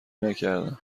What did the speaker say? نکردم